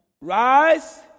Rise